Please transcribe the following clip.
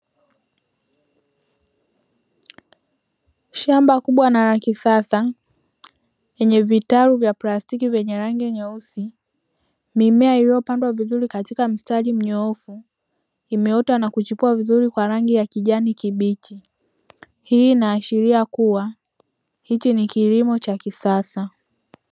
Shamba kubwa na la kisasa, lenye vitalu vya plastiki vyenye rangi nyeusi, mimea iliyopandwa vizuri katika mstari mnyoofu, imeota na kuchipua vizuri kwa rangi ya kijani kibichi, hii inaashiria kuwa hichi ni kilimo cha kisasa.